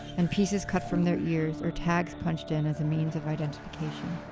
and pieces cut from their ears, or tags punched in, as a means of identification.